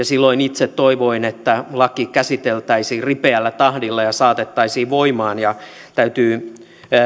silloin itse toivoin että laki käsiteltäisiin ripeällä tahdilla ja saatettaisiin voimaan täytyy